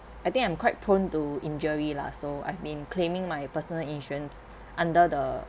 I think I'm quite prone to injury lah so I've been claiming my personal insurance under the